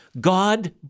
God